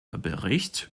bericht